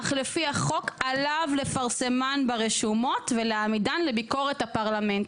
אך לפי החוק עליו לפרסמן ברשומות ולהעמידן לביקורת הפרלמנט.